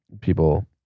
people